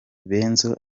benzo